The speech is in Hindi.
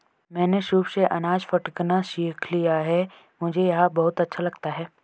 मैंने सूप से अनाज फटकना सीख लिया है मुझे यह बहुत अच्छा लगता है